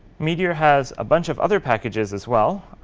meteor has a bunch of other packages as well.